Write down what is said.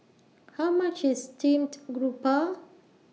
How much IS Steamed Grouper